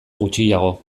gutxiago